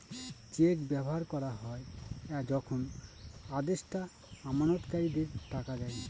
check ব্যবহার করা হয় যখন আদেষ্টা আমানতকারীদের টাকা দেয়